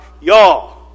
y'all